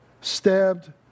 stabbed